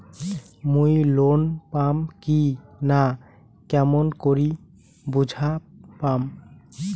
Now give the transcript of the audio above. মুই লোন পাম কি না কেমন করি বুঝা পাম?